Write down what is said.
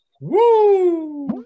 Woo